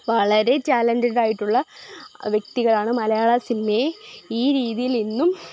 വളരെ ടാലെൻറഡ് ആയിട്ടുള്ള വ്യക്തികളാണ് മലയാള സിനിമയെ ഈ രീതിയിൽ ഇന്നും